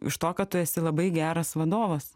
iš to kad tu esi labai geras vadovas